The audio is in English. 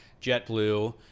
JetBlue